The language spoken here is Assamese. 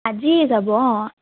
আজিয়ে যাব